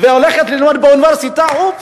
והולכת ללמוד באוניברסיטה, אופס.